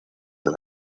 del